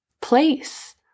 place